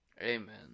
Amen